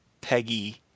Peggy